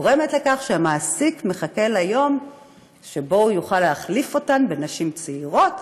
גורמת לכך שהמעסיק מחכה ליום שבו הוא יוכל להחליף אותן בנשים צעירות,